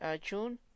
June